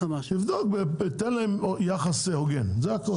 תן להם יחס הוגן, זה הכול.